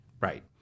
right